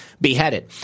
beheaded